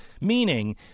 meaning